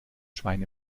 schwein